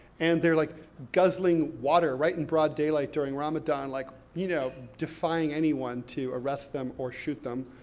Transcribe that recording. and they're, like, guzzling water right in broad daylight during ramadan, like you know, defying anyone to arrest them or shoot them.